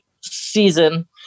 season